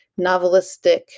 novelistic